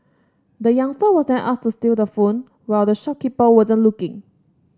the youngster was then asked to steal the phone while the shopkeeper wasn't looking